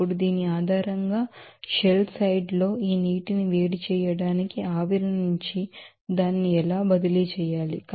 ఇప్పుడు దీని ఆధారంగా షెల్ సైడ్ లో ఈ నీటిని వేడి చేయడానికి ఆవిరి నుంచి దానిని ఎలా బదిలీ చేయాలి